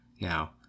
Now